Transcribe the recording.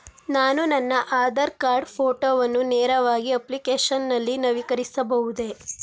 ನಾನು ನನ್ನ ಆಧಾರ್ ಕಾರ್ಡ್ ಫೋಟೋವನ್ನು ನೇರವಾಗಿ ಅಪ್ಲಿಕೇಶನ್ ನಲ್ಲಿ ನವೀಕರಿಸಬಹುದೇ?